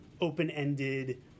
open-ended